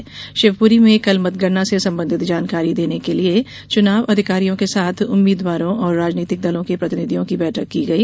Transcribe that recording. षिवपुरी में कल मतगणना से संबंधित जानकारी देने के लिए चुनाव अधिकारियों के साथ उम्मीदवारों और राजनीतिक दलों के प्रतिनिधियों की बैठक की गई